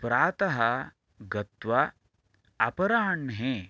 प्रातः गत्वा अपराह्णे